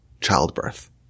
childbirth